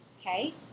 okay